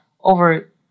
over